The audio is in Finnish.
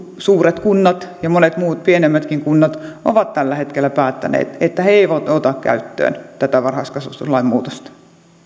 suuret kunnat ja monet pienemmätkin kunnat ovat tällä hetkellä päättäneet että ne eivät ota käyttöön tätä varhaiskasvatuslain muutosta